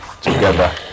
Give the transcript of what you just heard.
together